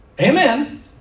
Amen